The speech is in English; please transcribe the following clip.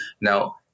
Now